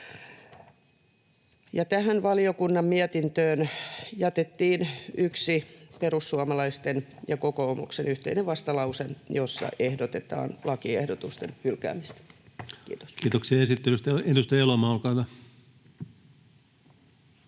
Tähän valiokunnan mietintöön jätettiin yksi perussuomalaisten ja kokoomuksen yhteinen vastalause, jossa ehdotetaan lakiehdotusten hylkäämistä. — Kiitos. [Speech 218] Speaker: